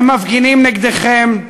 הם מפגינים נגדכם,